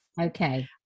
okay